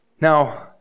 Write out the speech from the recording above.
Now